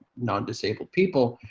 non-disabled people,